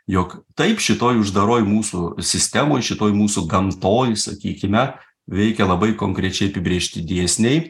jog taip šitoj uždaroj mūsų sistemoj šitoj mūsų gamtoj sakykime veikia labai konkrečiai apibrėžti dėsniai